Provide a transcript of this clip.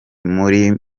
muri